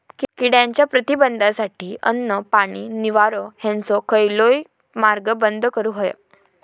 किड्यांच्या प्रतिबंधासाठी अन्न, पाणी, निवारो हेंचो खयलोय मार्ग बंद करुक होयो